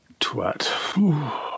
Twat